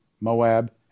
Moab